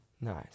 Nice